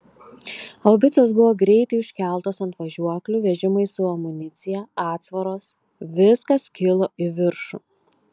haubicos buvo greitai užkeltos ant važiuoklių vežimai su amunicija atsvaros viskas kilo į viršų